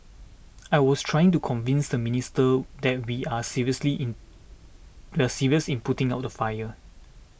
I was trying to convince the minister that we are seriously in we are serious in putting out the fire